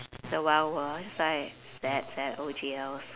it's a wild world it's just like sad sad O_G_Ls